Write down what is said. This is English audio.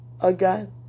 again